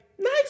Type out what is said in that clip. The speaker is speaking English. nice